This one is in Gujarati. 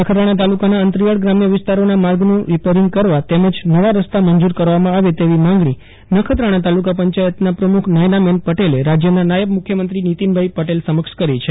નખત્રાણા તાલુકાના અંતરિયાળ ગ્રામ્ય વિસ્તારોના માર્ગોનું રિપેરિંગ કરવા તેમજ નવા રસ્તા મંજૂર કરવામાં આવે તેવી માંગણી નખત્રાણા તાલુકા પંચાયતના પ્રમુખ નયનાબેન પટેલે રાજ્યના નાયબ મુખ્યમંત્રી નીતિનભાઇ પટેલ સમક્ષ કરી છે